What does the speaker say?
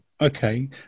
okay